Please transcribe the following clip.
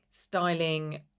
styling